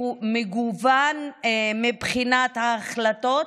מגוון מבחינת ההחלטות,